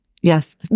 yes